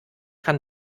kann